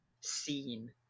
seen